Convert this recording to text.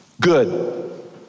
Good